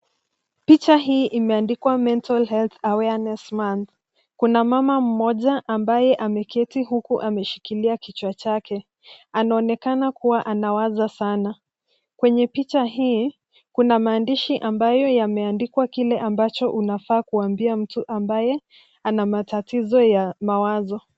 Picha hii imeandikwa mental Health awareness month. Kuna mama mmoja ambaye ameketi huku ameshikilia kichwa chake. Anaonekana kuwa anawaza sana. Kwenye picha hii kuna maandishi ambayo yameandikwa kike ambacho unafaa kuambia mtu ambaye anamatatizo ya mawazo.